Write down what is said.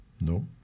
No